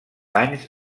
anys